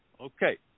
Okay